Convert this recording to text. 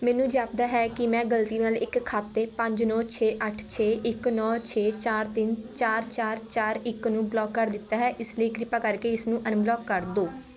ਮੈਨੂੰ ਜਾਪਦਾ ਹੈ ਕਿ ਮੈਂ ਗਲਤੀ ਨਾਲ ਇੱਕ ਖਾਤੇ ਪੰਜ ਨੌ ਛੇ ਅੱਠ ਛੇ ਇੱਕ ਨੌ ਛੇ ਚਾਰ ਤਿੰਨ ਚਾਰ ਚਾਰ ਚਾਰ ਇੱਕ ਨੂੰ ਬਲੌਕ ਕਰ ਦਿੱਤਾ ਹੈ ਇਸ ਲਈ ਕਿਰਪਾ ਕਰਕੇ ਇਸਨੂੰ ਅਨਬਲੌਕ ਕਰ ਦਿਓ